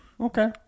Okay